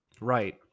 Right